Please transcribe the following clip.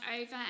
over